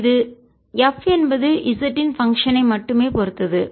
இது F என்பது z இன் பங்க்ஷன் ஐ செயல்பாடு மட்டுமே பொறுத்தது